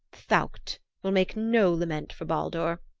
thaukt, will make no lament for baldur,